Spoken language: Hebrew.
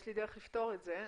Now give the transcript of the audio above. יש לי דרך לפתור את זה.